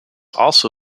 also